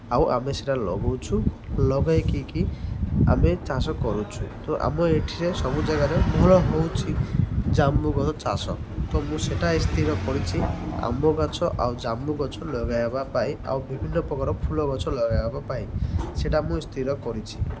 ଆଉ ଆମେ ସେଇଟା ଲଗାଉଛୁ ଲଗାଇକି କି ଆମେ ଚାଷ କରୁଛୁ ତ ଆମ ଏଥିିରେ ସବୁ ଜାଗାରେ ଭଲ ହେଉଛିି ଜାମୁ ଗଛ ଚାଷ ତ ମୁଁ ସେଇଟା ସ୍ଥିର କରିଛି ଜାମୁ ଗଛ ଆଉ ଜାମୁ ଗଛ ଲଗାଇବା ପାଇଁ ଆଉ ବିଭିନ୍ନପ୍ରକାର ଫୁଲ ଗଛ ଲଗାଇବା ପାଇଁ ସେଇଟା ମୁଁ ସ୍ଥିର କରିଛିି